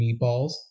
meatballs